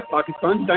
Pakistan